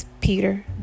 Peter